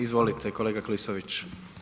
Izvolite kolega Klisović.